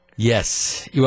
Yes